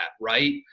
right